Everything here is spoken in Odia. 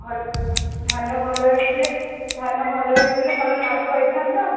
ଭଲ ଧାନ ଭଲ ହେଇଥିଲେ ଧାନ ଭଲ ହେଇଥିଲେ ଭଲ ଲାଭ ପାଇଥାନ୍ତ